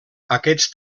aquests